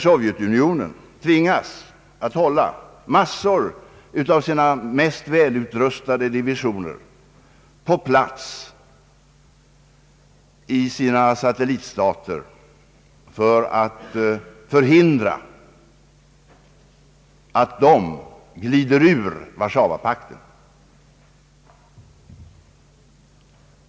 Sovjetunionen tvingas att hålla massor av sina mest välutrustade divisioner på plats i satellitstaterna för att förhindra att de glider ur Warszawapakten.